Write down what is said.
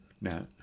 No